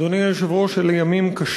אדוני היושב-ראש, אלה ימים קשים,